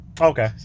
Okay